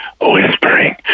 whispering